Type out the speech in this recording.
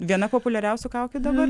viena populiariausių kaukių daba